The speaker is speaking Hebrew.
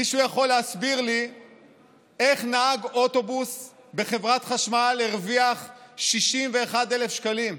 מישהו יכול להסביר לי איך נהג אוטובוס בחברת חשמל הרוויח 61,000 שקלים?